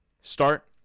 start